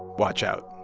watch out